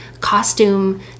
costume